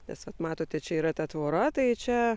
nes vat matote čia yra ta tvora tai čia